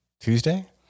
Tuesday